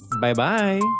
Bye-bye